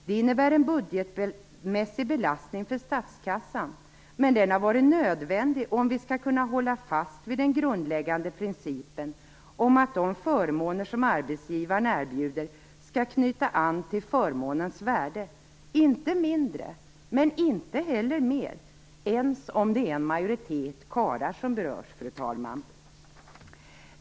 Det innebär en budgetmässig belastning för statskassan, men den har varit nödvändig för att kunna hålla fast vid den grundläggande principen att de förmåner som arbetsgivaren erbjuder skall knyta an till förmånens värde - inte mindre, men inte heller mer, inte ens, fru talman, om det är en majoritet karlar som berörs.